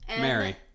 Mary